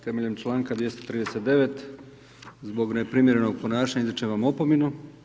Temeljem članka 239. zbog neprimjerenog ponašanja izričem vam opomenu.